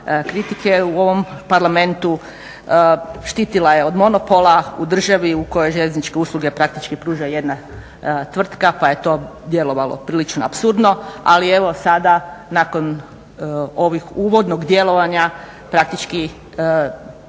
kritike u ovom parlamentu, štitila je od monopola u državi u kojoj željezničke usluge praktički pruža jedna tvrtka pa je to djelovalo prilično apsurdno. Ali evo sada nakon ovih uvodnih djelovanja praktički